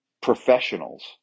professionals